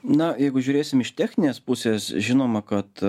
na jeigu žiūrėsim iš techninės pusės žinoma kad